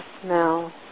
smell